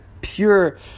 pure